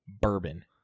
bourbon